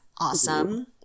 Awesome